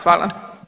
Hvala.